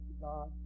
God